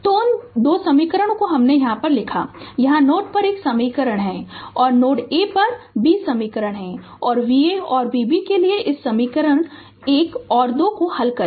Refer Slide Time 2132 तो उन 2 समीकरणों को हमने यहां लिखा है यहां नोड पर एक समीकरण है और नोड a पर एक और b समीकरण है और Va और Vb के लिए इस समीकरण 1 और 2 को हल करें